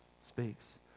speaks